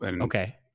Okay